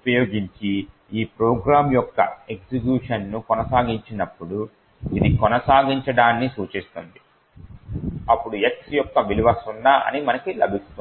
ఉపయోగించి ఈ ప్రోగ్రామ్ యొక్క ఎగ్జిక్యూషన్ ను కొనసాగించినప్పుడు ఇది కొనసాగించడాన్ని సూచిస్తుంది అప్పుడు x యొక్క విలువ సున్నా అని మనకు లభిస్తుంది